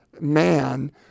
man